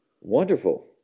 wonderful